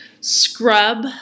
scrub